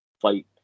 fight